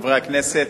חברי הכנסת,